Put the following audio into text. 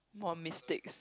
more mistakes